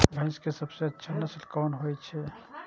भैंस के सबसे अच्छा नस्ल कोन होय छे?